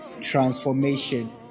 Transformation